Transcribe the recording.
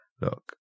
look